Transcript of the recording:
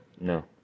No